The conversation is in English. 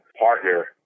partner